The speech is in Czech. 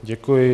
Děkuji.